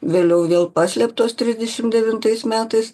vėliau vėl paslėptos trisdešim devintais metais